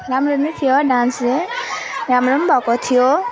राम्रो नै थियो डान्स चाहिँ राम्रो पनि भएको थियो